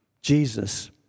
Jesus